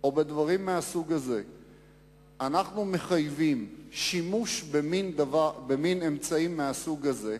או בדברים מהסוג הזה אנחנו מחייבים שימוש במין אמצעי מהסוג הזה,